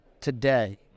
today